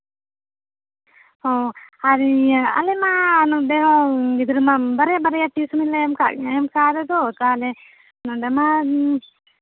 ᱚ ᱟᱨ ᱤᱭᱟᱹ ᱟᱞᱮ ᱢᱟ ᱱᱚᱸᱰᱮ ᱦᱚᱸ ᱜᱤᱫᱽᱨᱟᱹ ᱢᱟ ᱵᱟᱨᱭᱟ ᱵᱟᱨᱭᱟ ᱴᱤᱭᱩᱥᱚᱱᱞᱮ ᱮᱢ ᱠᱟᱜ ᱮᱢ ᱠᱟᱣᱫᱮ ᱫᱚ ᱛᱟᱦᱞᱮ ᱱᱚᱸᱰᱮ ᱢᱟ